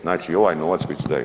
Znači ovaj novac koji se daje.